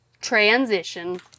Transition